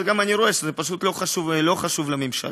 אני גם רואה שזה פשוט לא חשוב לממשלה.